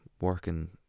working